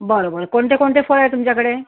बरं बरं कोणते कोणते फळ आहे तुमच्याकडे